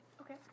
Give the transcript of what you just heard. Okay